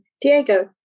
Diego